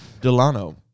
Delano